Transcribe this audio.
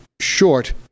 short